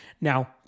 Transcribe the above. Now